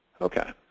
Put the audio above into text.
Okay